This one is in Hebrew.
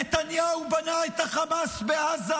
נתניהו בנה את החמאס בעזה,